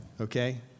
okay